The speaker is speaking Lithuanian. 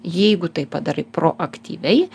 jeigu tai padarai proaktyviai